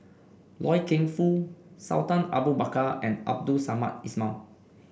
Loy Keng Foo Sultan Abu Bakar and Abdul Samad Ismail